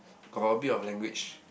got a bit of language